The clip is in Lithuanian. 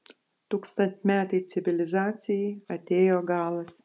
tūkstantmetei civilizacijai atėjo galas